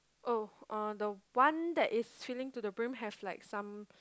oh uh the one that is filling to the brim have like some